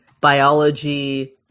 biology